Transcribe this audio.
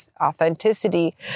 authenticity